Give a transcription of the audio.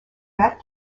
that